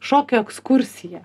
šokio ekskursija